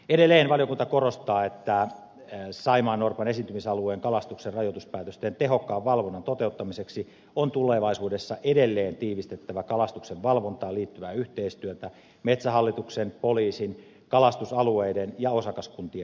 edelleen valiokunta korostaa että saimaannorpan esiintymisalueen kalastuksen rajoituspäätösten tehokkaan valvonnan toteuttamiseksi on tulevaisuudessa edelleen tiivistettävä kalastuksen valvontaan liittyvää yhteistyötä metsähallituksen poliisin kalastusalueiden ja osakaskuntien välillä